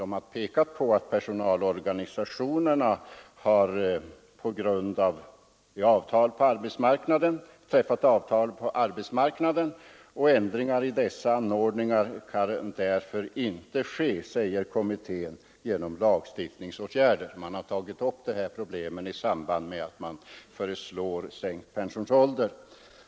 Kommittén pekar på att personalorganisationerna har träffat avtal på arbetsmarknaden och att ändringar i dessa anordningar inte kan ske genom lagstiftningsåtgärder. Kommittén har tagit upp dessa problem i samband med att den föreslagit en sänkning av pensionsåldern.